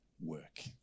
work